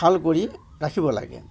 ভাল কৰি ৰাখিব লাগে